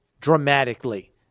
dramatically